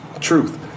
truth